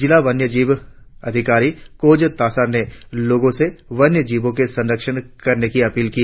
जिला वन्य अधिकारी कोज तासार ने लोगों से वन्य जीवों का संरक्षण करने की अपील की